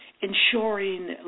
ensuring